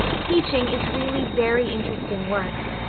teaching is really very interesting work,